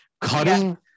cutting